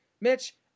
Mitch